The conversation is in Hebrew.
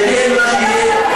וזה מה שנעשה,